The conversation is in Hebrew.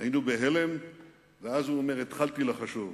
"היינו בהלם ואז", הוא אומר, "התחלתי לחשוב.